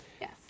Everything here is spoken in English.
Yes